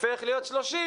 הופך להיות 30,